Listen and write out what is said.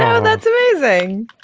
and that's amazing.